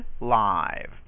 live